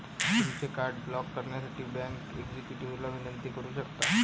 तुमचे card block करण्यासाठी bank एक्झिक्युटिव्हला विनंती करू शकता